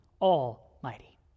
almighty